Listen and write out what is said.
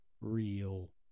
real